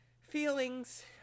feelings